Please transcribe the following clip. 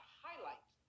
highlight